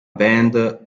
band